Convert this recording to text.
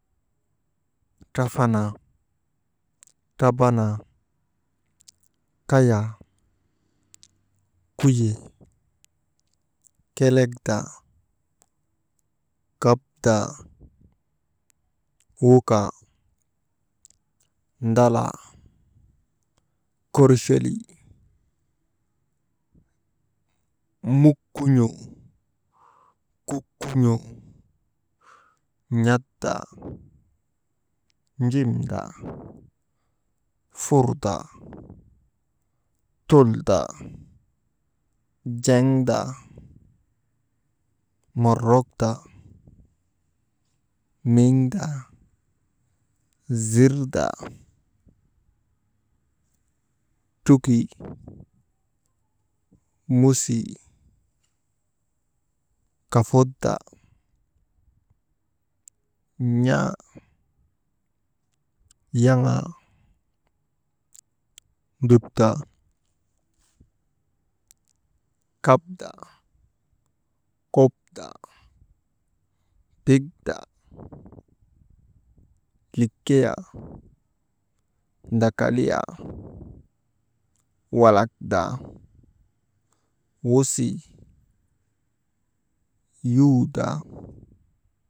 Trafanaa, trabanaa, kayaa, kuyee, kelek daa, kapdaa, wukaa, dalaa, korcholii, mukun̰oo kukun̰oo, n̰at daa, njimdaa, furdaa, tuldaa, jeŋdaa, morokdaa, muŋdaa, zirdaa, trutii, musii, kafut daa, n̰aa yaŋaa, ndukdaa, kapdaa, kok daa, pidaa, likeyaa, ndakaliyaa, walakdaa, wusii, yuudaa.